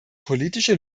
politische